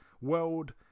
world